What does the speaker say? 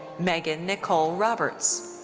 meagan nicole roberts.